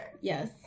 yes